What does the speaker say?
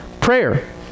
prayer